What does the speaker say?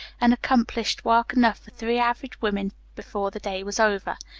and accomplished work enough for three average women before the day was over.